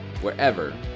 wherever